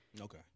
Okay